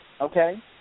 Okay